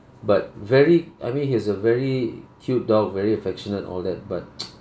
but very I mean he's a very cute dog very affectionate all that but